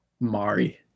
Mari